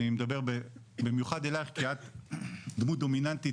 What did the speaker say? אני מדבר במיוחד אליך כי את דמות דומיננטית